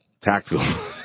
tactical